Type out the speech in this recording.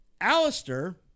Alistair